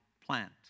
plant